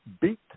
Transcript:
beat